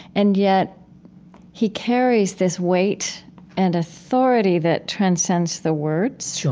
and yet he carries this weight and authority that transcends the words.